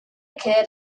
kid